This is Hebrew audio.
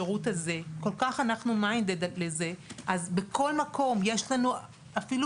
אנחנו כל כך Minded לזה עד שבכל מקום אפילו